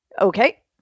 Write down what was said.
Okay